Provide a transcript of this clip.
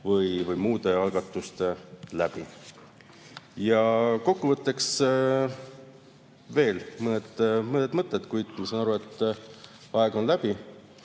või muude algatuste kaudu. Ja kokkuvõtteks veel mõned mõtted. Kuid ma saan aru, et aeg on läbi.